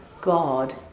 God